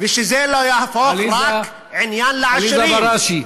ושזה לא יהפוך רק עניין לעשירים, עליזה בראשי,